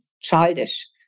childish